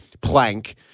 plank